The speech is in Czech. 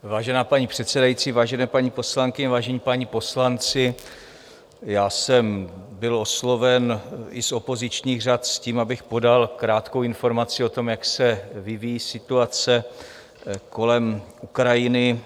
Vážená paní předsedající, vážené paní poslankyně, vážení páni poslanci, byl jsem osloven i z opozičních řad s tím, abych podal krátkou informaci o tom, jak se vyvíjí situace kolem Ukrajiny.